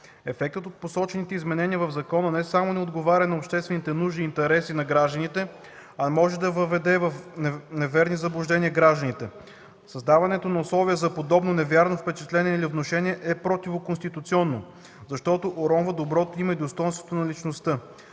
Ефектът от посочените изменения в закона не само не отговаря на обществените нужди и интересите на гражданите, а може да въведе в неверни заблуждения гражданите. Създаването на условия за подобно невярно впечатление или внушение е противоконституционно, защото уронва доброто име и достойнството на личността.